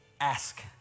ask